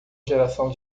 geração